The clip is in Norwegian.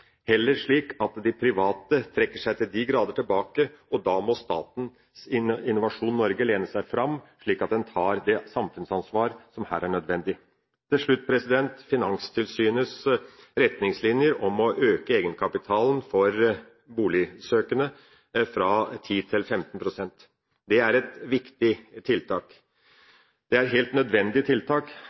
heller slik at de private til de grader trekker seg tilbake, og da må Innovasjon Norge lene seg fram og ta det samfunnsansvar som her er nødvendig. Til slutt Finanstilsynets retningslinjer om å øke egenkapitalen for boligsøkende fra 10 pst. til 15 pst. Det er et viktig tiltak. Det er et helt nødvendig tiltak